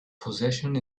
possession